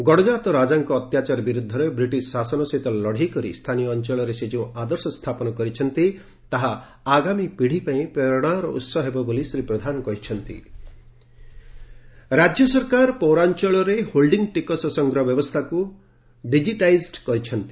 ଗଡ଼କାତ ରାଜାଙ୍କ ଅତ୍ୟାଚାର ବିରୁଦ୍ଦରେ ବ୍ରିଟିଶ୍ ଶାସନ ସହିତ ଲଢ଼େଇ କରି ସ୍ଥାନୀୟ ଅଞ୍ଚଳରେ ସେ ଯେଉଁ ଆଦର୍ଶ ସ୍ତାପନ କରିଛନ୍ତି ତାହା ଆଗାମୀ ପିଢ଼ି ପାଇଁ ପ୍ରେରଣାର ଉସ ହେବ ବୋଲି ଶ୍ରୀ ପ୍ରଧାନ କହିଚ୍ଚନ୍ତି ହୋଲ୍ଟିଂ ରାଜ୍ୟ ସରକାର ପୌରାଅଳରେ ହୋଲ୍ଟିଂ ଟିକସ ସଂଗ୍ରହ ବ୍ୟବସ୍ରାକୁ ଡିଜିଟାଇଜଡ୍ କରିଛନ୍ତି